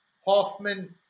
Hoffman